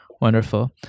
wonderful